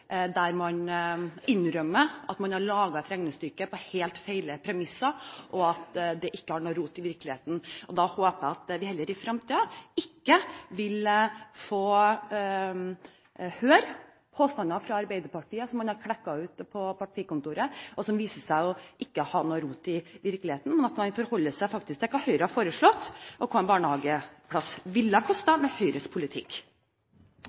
der man innrømmer at man har laget et regnestykke på helt feil premisser, og at det ikke har noen rot i virkeligheten. Jeg håper at vi i fremtiden ikke vil få høre påstander fra Arbeiderpartiet som man har klekket ut på partikontoret, og som viser seg ikke å ha noen rot i virkeligheten, men at man faktisk forholder seg til hva Høyre har foreslått, og hva en barnehageplass ville ha kostet med Høyres politikk.